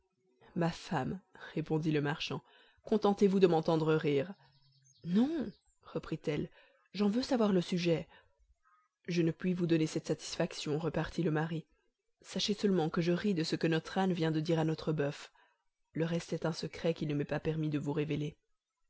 ma femme lui répondit le marchand contentez-vous de m'entendre rire non reprit-elle j'en veux savoir le sujet je ne puis vous donner cette satisfaction repartit le mari sachez seulement que je ris de ce que notre âne vient de dire à notre boeuf le reste est un secret qu'il ne m'est pas permis de vous révéler